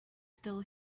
still